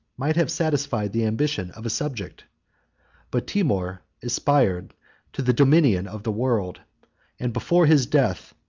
might have satisfied the ambition of a subject but timour aspired to the dominion of the world and before his death,